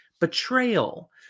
betrayal